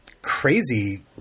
Crazy